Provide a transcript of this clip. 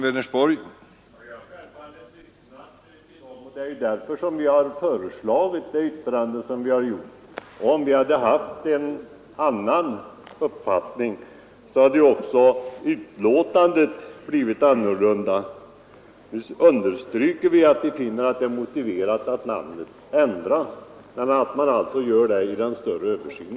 Herr talman! Självfallet har vi lyssnat på de människorna; det är ju därför vi har föreslagit som vi gjort. Hade vi haft en annan uppfattning, så hade också utskottets betänkande blivit annorlunda. Nu understryker vi ju att vi finner det motiverat med en namnändring, men att ändringen bör göras i samband med en större översyn.